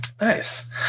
Nice